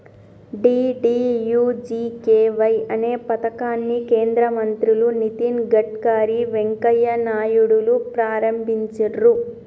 DDUGKY అనే పథకాన్ని కేంద్ర మంత్రులు నితిన్ గడ్కరీ, వెంకయ్య నాయుడులు ప్రారంభించిర్రు